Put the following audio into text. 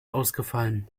ausgefallen